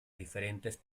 diferentes